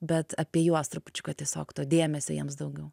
bet apie juos trupučiuką tiesiog to dėmesio jiems daugiau